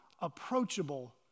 approachable